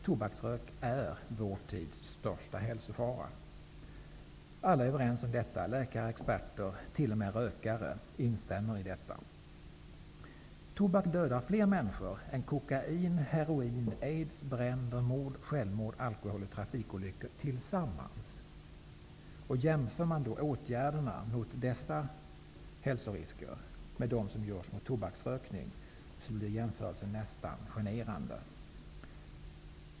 Tobaksrök är vår tids största hälsofara. Alla är överens om detta. Läkare, experter och t.o.m. rökare instämmer i detta. Tobak dödar fler människor är kokain, heroin, aids, bränder, mord, självmord, alkohol och trafikolyckor tillsammans gör. En jämförelse mellan åtgärderna mot dessa hälsorisker och dem som görs mot tobaksrökning blir nästan generande.